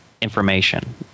information